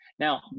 Now